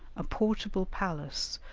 a portable palace,